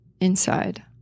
inside